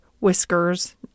whiskers